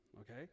okay